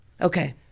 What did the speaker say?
okay